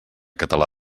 català